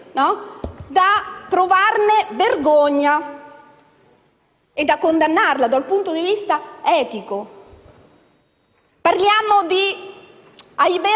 da provarne vergogna e da condannare dal punto di vista etico. Parliamo di aver